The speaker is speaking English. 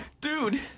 Dude